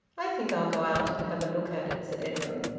i think i'll go out and have a look at it, said edwin.